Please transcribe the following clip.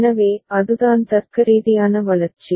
எனவே அதுதான் தர்க்கரீதியான வளர்ச்சி